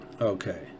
okay